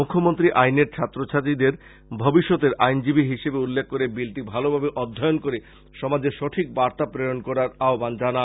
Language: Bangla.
মুখ্যমন্ত্রী আইনের ছাত্র ছাত্রীদের ভবিষ্যতের আইনজীবি হিসেবে উল্লেখ করে বিলটি ভালভাবে অধ্যয়ন করে সমাজে সঠিক বার্তা প্রেরন করার আহবান জানান